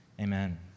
Amen